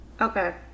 Okay